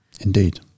Indeed